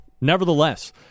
Nevertheless